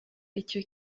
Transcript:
icyo